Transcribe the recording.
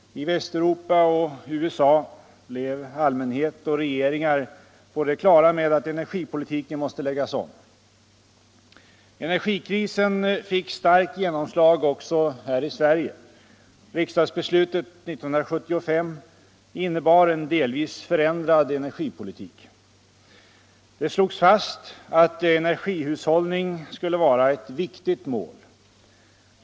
I Västeuropa och USA blev allmänhet och regeringar på det klara med att energipolitiken måste läggas om. Energikrisen fick starkt genomslag också i Sverige. Riksdagsbeslutet 1975 innebar en delvis förändrad energipolitik. Det slogs fast att energihushållning skulle vara ett viktigt mål.